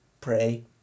pray